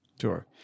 Sure